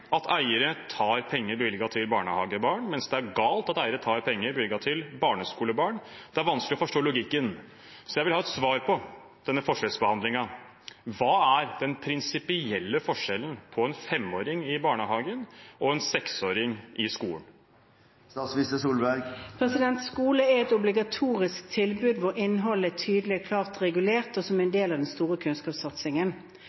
at eiere tar penger bevilget til barnehagebarn, mens det er galt at eiere tar penger bevilget til barneskolebarn. Det er vanskelig å forstå logikken. Så jeg vil ha et svar når det gjelder denne forskjellsbehandlingen. Hva er den prinsipielle forskjellen på en femåring i barnehagen og en seksåring i skolen? Skole er et obligatorisk tilbud hvor innholdet er tydelig og klart regulert, og som er en